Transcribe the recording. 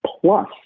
plus